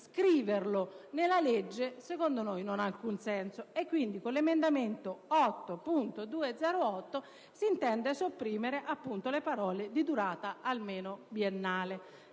scriverlo nella legge, a nostro avviso, non ha alcun senso. Quindi, con l'emendamento 8.208 si intende sopprimere le parole «di durata almeno biennale».